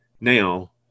now